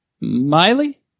Miley